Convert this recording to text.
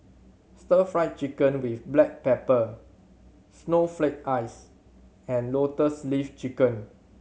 Stir Fry Chicken with black pepper snowflake ice and Lotus Leaf Chicken